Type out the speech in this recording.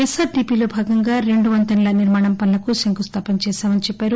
ఎస్ఆర్డీపీలో భాగంగా రెండు వంతెనల నిర్మాణ పనులకు శంకుస్థాపన చేశామన్నారు